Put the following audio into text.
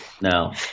no